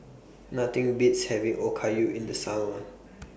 Nothing Beats having Okayu in The Summer